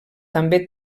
també